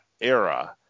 era